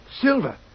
Silver